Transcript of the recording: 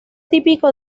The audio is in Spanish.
típico